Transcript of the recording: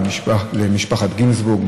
למשפחת גינצבורג,